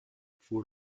food